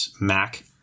Mac